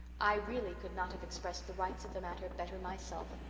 i really could not have expressed the rights of the matter better myself.